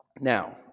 Now